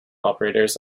operators